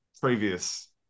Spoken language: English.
previous